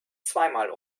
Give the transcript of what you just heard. zweimal